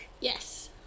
Yes